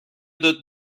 داد